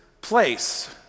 place